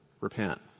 repent